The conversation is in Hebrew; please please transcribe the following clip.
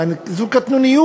יעני, זו קטנוניות,